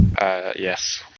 Yes